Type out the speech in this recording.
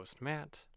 matt